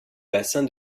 bassin